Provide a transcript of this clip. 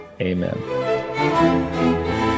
Amen